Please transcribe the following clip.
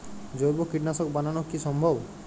জৈব কীটনাশক বানানো কি সম্ভব?